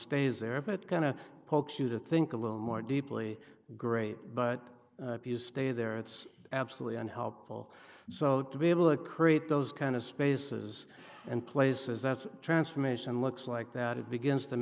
stays there but it kind of pokes you to think a little more deeply great but if you stay there it's absolutely unhelpful so to be able to create those kind of spaces and places that's transformation and looks like that it begins to